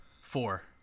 Four